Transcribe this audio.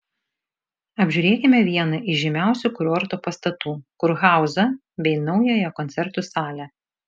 apžiūrėkime vieną iš žymiausių kurorto pastatų kurhauzą bei naująją koncertų salę